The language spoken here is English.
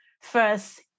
first